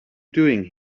doing